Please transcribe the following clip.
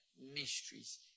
mysteries